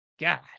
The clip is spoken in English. God